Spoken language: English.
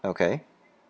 okay